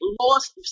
lost